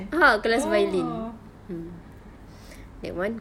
(uh huh) kelas violin that [one]